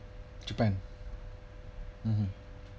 japan mmhmm